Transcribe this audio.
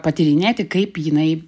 patyrinėti kaip jinai